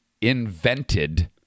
invented